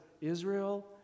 Israel